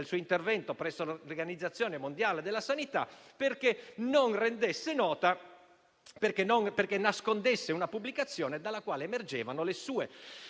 suo intervento presso l'Organizzazione mondiale della sanità affinché questa nascondesse una pubblicazione dalla quale emergevano le sue